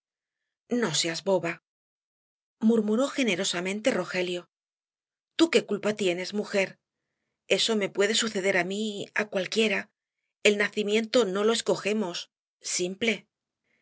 no seas boba murmuró generosamente rogelio tú qué culpa tienes mujer eso me puede suceder á mí á cualquiera el nacimiento no lo escogemos simple